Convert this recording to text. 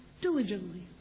diligently